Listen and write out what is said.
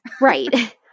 Right